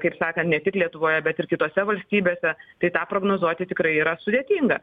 kaip sakan ne tik lietuvoje bet ir kitose valstybėse tai tą prognozuoti tikrai yra sudėtinga